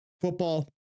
Football